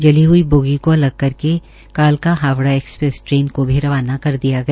जली हुई बोगी को अलग करके कालका हावड़ा एक्सप्रेस ट्रेन को भी रवाना कर दिया गया